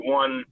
one